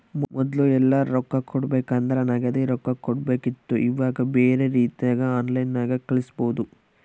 ಮೊದ್ಲು ಎಲ್ಯರಾ ರೊಕ್ಕ ಕೊಡಬೇಕಂದ್ರ ನಗದಿ ರೊಕ್ಕ ಕೊಡಬೇಕಿತ್ತು ಈವಾಗ ಬ್ಯೆರೆ ರೀತಿಗ ಆನ್ಲೈನ್ಯಾಗ ಕಳಿಸ್ಪೊದು